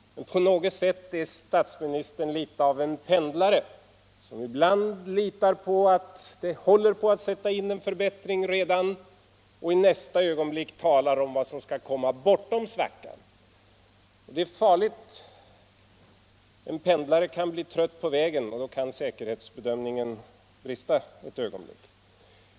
Men på något sätt är statsministern litet av en pendlare, som ibland litar på att det redan håller på att sätta in en förbättring och som i nästa ögonblick talar om vad som skall komma bortom svackan. En pendlare kan emellertid bli trött på vägen, och då kan säkerhetsbedömningen brista ett ögonblick.